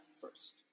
first